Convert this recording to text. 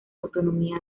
autonomía